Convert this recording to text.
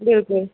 بلکُل